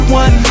one